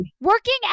working